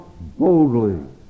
boldly